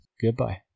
goodbye